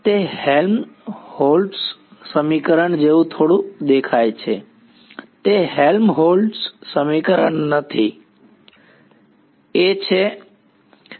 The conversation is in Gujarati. તે હેલ્મહોલ્ટ્ઝ સમીકરણ જેવું થોડું દેખાય છે તે હેલ્મહોલ્ટ્ઝ સમીકરણ નથી કેમ